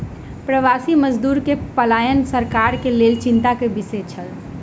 प्रवासी मजदूर के पलायन सरकार के लेल चिंता के विषय छल